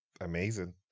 amazing